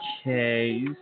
Okay